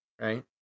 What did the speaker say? Right